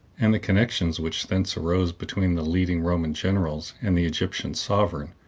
and the connections which thence arose between the leading roman generals and the egyptian sovereign,